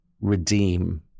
redeem